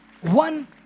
One